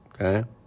Okay